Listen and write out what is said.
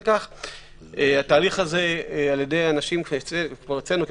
התהליך הזה נעשה על-ידי אנשים אצלנו,